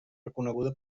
reconeguda